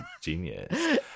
genius